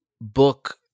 book